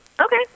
Okay